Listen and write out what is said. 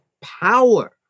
power